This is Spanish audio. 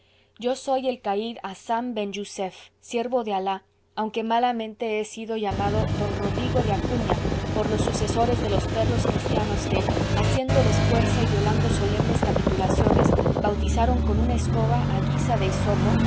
yo soy el caid hassan ben jussef siervo de alah aunque malamente he sido llamado d rodrigo de acuña por los sucesores de los perros cristianos que haciéndoles fuerza y violando solemnes capitulaciones bautizaron con una escoba a guisa de hisopo